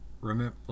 Remember